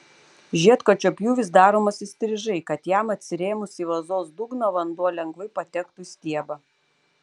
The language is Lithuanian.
žiedkočio pjūvis daromas įstrižai kad jam atsirėmus į vazos dugną vanduo lengvai patektų į stiebą